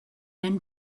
and